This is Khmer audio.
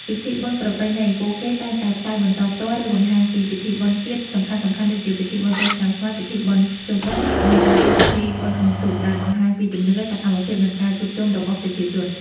ពិធីបុណ្យប្រពៃណីពួកគេតែងតែផ្សាយបន្តផ្ទាល់ ឬបង្ហាញពីពិធីបុណ្យជាតិសំខាន់ៗដូចជា ពិធីបុណ្យចូលឆ្នាំខ្មែរ ពិធីបុណ្យភ្ជុំបិណ្ឌ និង ព្រះរាជពិធីបុណ្យអុំទូក ដែលបង្ហាញពីជំនឿ សកម្មភាព និងការជួបជុំរបស់ប្រជាជន។